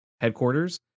headquarters